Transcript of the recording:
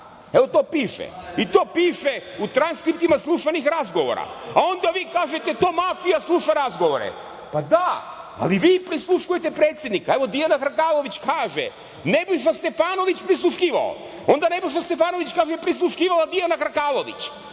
evo to piše i to piše u transkriptima slušanih razgovora, a onda vi kažete to mafija sluša razgovore, pa da, ali vi prisluškujete predsednika, evo Dijana Hrkalović kaže – Nebojša Stefanović prisluškivao, onda kaže Nebojša Stefanović, prisluškivala Dijana Hrkalović,